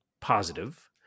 positive